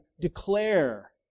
declare